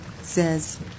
says